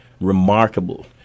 remarkable